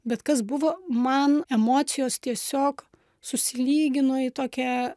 bet kas buvo man emocijos tiesiog susilygino į tokią